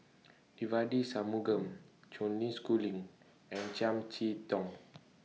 Devagi Sanmugam Schooling and Chiam See Tong